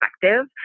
perspective